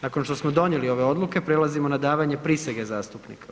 Nakon što smo donijeli ove odluke prelazimo na davanje prisege zastupnika.